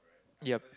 ya